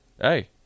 Hey